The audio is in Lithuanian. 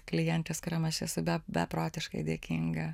klientės kuriom aš esu be beprotiškai dėkinga